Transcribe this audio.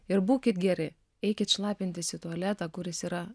ir būkit geri eikit šlapintis į tualetą kuris yra